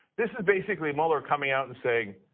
this is basically mueller coming out and saying,